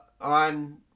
on